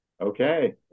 Okay